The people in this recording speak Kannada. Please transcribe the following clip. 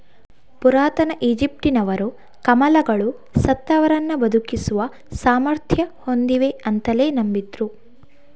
ಪುರಾತನ ಈಜಿಪ್ಟಿನವರು ಕಮಲಗಳು ಸತ್ತವರನ್ನ ಬದುಕಿಸುವ ಸಾಮರ್ಥ್ಯ ಹೊಂದಿವೆ ಅಂತಲೇ ನಂಬಿದ್ರು